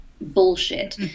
bullshit